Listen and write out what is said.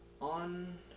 on